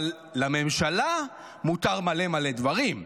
אבל לממשלה מותר מלא מלא דברים.